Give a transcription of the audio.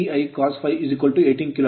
ಮತ್ತು √3 V I1 cos phi 18KW